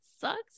sucks